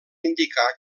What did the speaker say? indicar